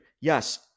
Yes